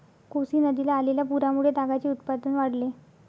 कोसी नदीला आलेल्या पुरामुळे तागाचे उत्पादन वाढले